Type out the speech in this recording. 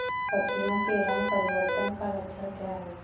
पत्तियों के रंग परिवर्तन का लक्षण क्या है?